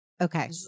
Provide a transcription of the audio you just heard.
okay